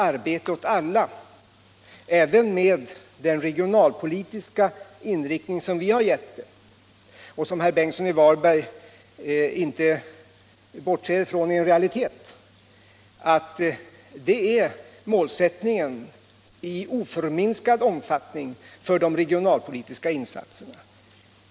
Arbete åt alla, med den regionalpolitiska inriktning som vi har givit det kravet och som herr Bengtsson inte bortser från är en realitet, är en målsättning som gäller i oförminskad omfattning.